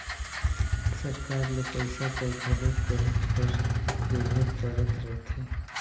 सरकार ल पइसा कर घलो कहेच कर जरूरत परत रहथे